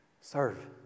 Serve